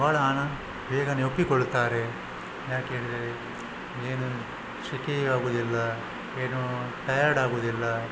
ಬಹಳ ಆನ ಬೇಗನೇ ಒಪ್ಪಿಕೊಳ್ಳುತ್ತಾರೆ ಯಾಕೇಳಿದರೆ ಏನು ಸೆಕೆ ಆಗುವುದಿಲ್ಲ ಏನೂ ಟಯರ್ಡಾಗುವುದಿಲ್ಲ